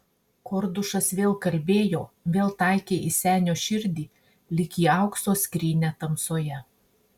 kordušas vėl kalbėjo vėl taikė į senio širdį lyg į aukso skrynią tamsoje